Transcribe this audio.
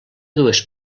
dues